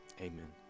Amen